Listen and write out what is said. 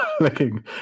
looking